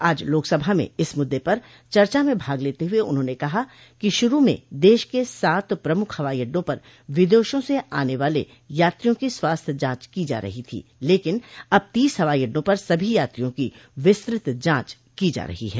आज लोकसभा में इस मुद्दे पर चर्चा में भाग लेते हुए उन्होंने कहा कि शुरू में देश के सात प्रमुख हवाई अड्डों पर विदेशों से आने वाले यात्रियों की स्वास्थ्य जांच की जा रही थी लेकिन अब तीस हवाई अड्डों पर सभी यात्रियों की विस्तृत जांच की जा रही है